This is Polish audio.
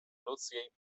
ludzkiej